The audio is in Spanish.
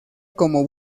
como